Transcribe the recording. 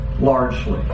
largely